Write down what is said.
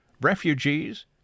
refugees